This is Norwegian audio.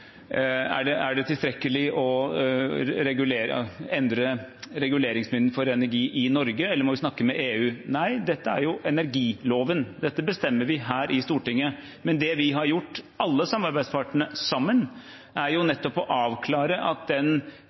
godt spørsmål: Er det tilstrekkelig å endre reguleringsmyndigheten for energi i Norge, eller må vi snakke med EU? Nei, dette er energiloven – dette bestemmer vi her i Stortinget. Men det vi har gjort, alle samarbeidspartene sammen, er nettopp å avklare at den